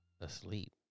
asleep